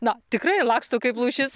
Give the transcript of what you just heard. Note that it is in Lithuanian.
na tikrai laksto kaip lūšis